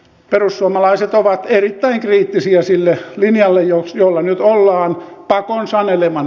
perussuomalaiset ovat erittäin kriittisiä sille linjalle jolla nyt ollaan pakon sanelemana